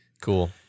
Cool